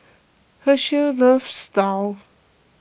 Hershell loves Daal